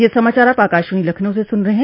ब्रे क यह समाचार आप आकाशवाणी लखनऊ से सुन रहे हैं